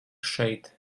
šeit